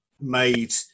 made